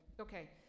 Okay